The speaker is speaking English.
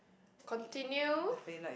continue